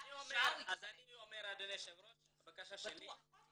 אז אני אומר אדוני היושב ראש, הבקשה שלי,